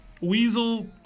Weasel